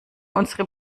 unsere